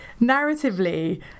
narratively